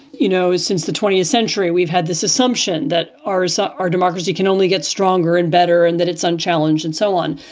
you know, since the twentieth century, we've had this assumption that our as our democracy can only get stronger and better and that it's unchallenged and so on.